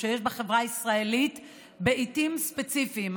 שיש בחברה הישראלית בעיתים ספציפיות.